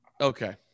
Okay